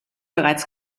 bereits